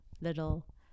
little